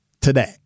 today